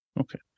Okay